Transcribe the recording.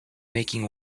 making